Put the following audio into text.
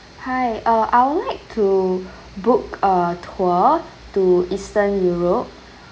hi uh I would like to book a tour to eastern europe